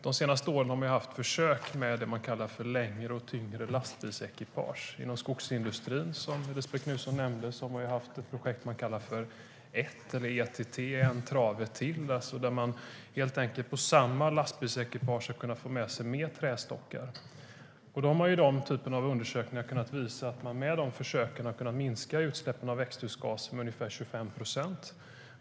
De senaste åren har man gjort försök med längre och tyngre lastbilsekipage. Inom skogsindustrin, som Elisabet Knutsson tog upp, har man haft ett projekt kallat ETT, En Trave Till, där man på samma lastbilsekipage har kunnat få med fler trästockar. Man har i den typen av undersökningar visat att man i dessa försök kunnat minska utsläppen av växthusgaser med ungefär 25 procent.